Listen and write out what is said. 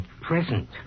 present